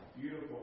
Beautiful